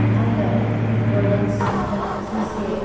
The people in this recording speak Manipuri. ꯀꯃꯥꯏꯅ ꯚꯥꯌꯣꯂꯦꯟꯁ ꯁꯤꯁꯦ